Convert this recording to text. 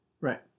Right